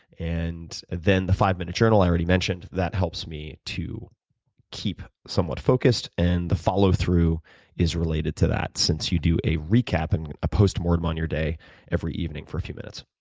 and then the five minute journal i already mentioned, that helps me to keep somewhat focused, and the follow through is related to that since you do a recap and a postmortem on your day every evening for a few minutes.